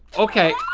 okay,